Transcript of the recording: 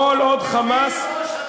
כל עוד "חמאס",